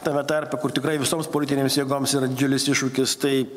tame tarpe kur tikrai visoms politinėms jėgoms yra didžiulis iššūkis tai